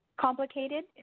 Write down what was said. complicated